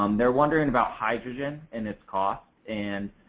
um they're wondering about hydrogen and its cost and